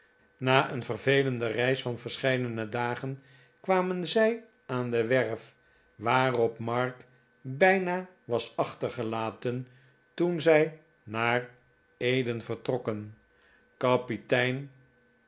na een vervelende reis van verscheidene dagen kwamen zij aan de werf waarop mark bijna was achtergelaten toen zij naar maarten chuzzlewit eden vertrokken kapitein